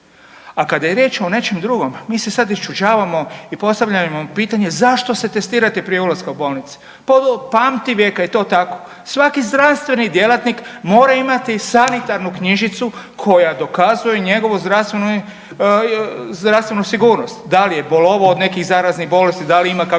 A kada je riječ o nečem drugom mi se sad iščuđavamo i postavljamo pitanje zašto se testirati prije ulaska u bolnice? Pa od pamtivijeka je to tako. Svaki zdravstveni djelatnik mora imati sanitarnu knjižicu koja dokazuje njegovu zdravstvenu, zdravstvenu sigurnost, dal je bolovao od nekih zaraznih bolesti, da li ima kakve